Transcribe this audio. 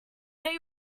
they